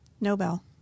Nobel